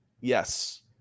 Yes